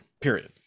period